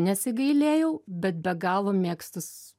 nesigailėjau bet be galo mėgstu